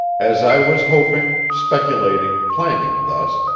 as i was hoping, speculating, planning thus,